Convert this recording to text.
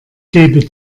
gebe